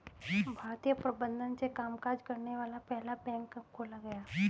भारतीय प्रबंधन से कामकाज करने वाला पहला बैंक कब खोला गया?